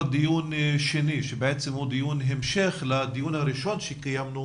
דיון שני שהוא דיון המשך לדיון הראשון שקיימנו